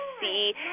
see